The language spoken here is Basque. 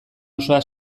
osoa